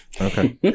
Okay